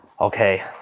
Okay